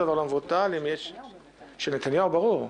של נתניהו --- של נתניהו ברור.